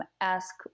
ask